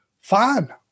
fine